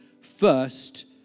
first